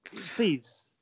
please